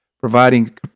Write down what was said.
providing